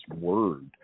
word